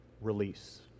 release